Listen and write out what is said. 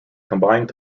combined